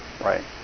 right